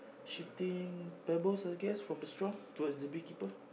shooting pebbles I guess from the straw towards the beekeeper